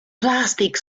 plastic